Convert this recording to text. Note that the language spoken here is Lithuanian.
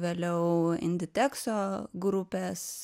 vėliau inditekso grupės